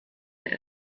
der